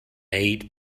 eight